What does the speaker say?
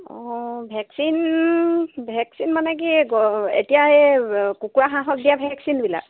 অঁ vaccine vaccine মানে কি এতিয়া এই কুকুৰা হাঁহক দিয়া ভেকচিনবিলাক